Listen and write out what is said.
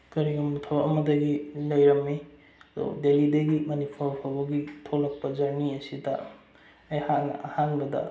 ꯀꯔꯤꯒꯨꯝꯕ ꯊꯕꯛ ꯑꯃꯗꯒꯤ ꯂꯩꯔꯝꯃꯤ ꯑꯗꯣ ꯗꯦꯜꯂꯤꯗꯒꯤ ꯃꯅꯤꯄꯨꯔ ꯐꯥꯎꯕꯒꯤ ꯊꯣꯛꯂꯛꯄ ꯖꯔꯅꯤ ꯑꯁꯤꯗ ꯑꯩꯍꯥꯛꯅ ꯑꯍꯥꯟꯕꯗ